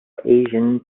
asian